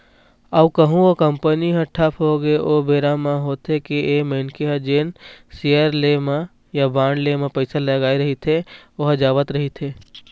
अउ कहूँ ओ कंपनी ह ठप होगे ओ बेरा म होथे ये के मनखे ह जेन सेयर ले म या बांड ले म पइसा लगाय रहिथे ओहा जावत रहिथे